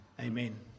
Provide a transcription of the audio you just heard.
Amen